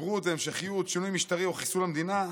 התגברות והמשכיות שינוי משטרי או חיסול המדינה,